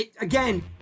again